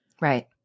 Right